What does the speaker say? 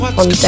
on